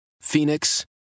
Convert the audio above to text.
Phoenix